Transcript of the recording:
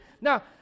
Now